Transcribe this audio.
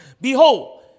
Behold